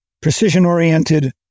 precision-oriented